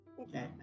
Okay